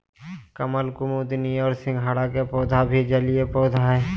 कमल, कुमुदिनी और सिंघाड़ा के पौधा भी जलीय पौधा हइ